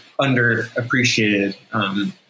underappreciated